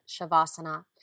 Shavasana